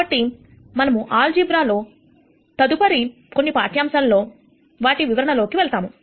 కాబట్టి మనము ఆల్జీబ్రా లో తదుపరి కొన్ని పాఠ్యాంశాల్లో వాటి వివరణ లోకి వెళ్తాము